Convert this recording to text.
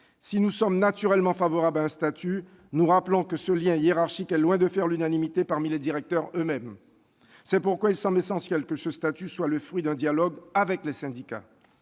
Si nous sommes naturellement favorables à un statut, nous rappelons que ce lien hiérarchique est loin de faire l'unanimité parmi les directeurs eux-mêmes. C'est pourquoi il semble essentiel que ce statut soit le fruit d'un dialogue avec les syndicats.